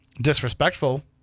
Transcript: disrespectful